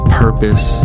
purpose